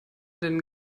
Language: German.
den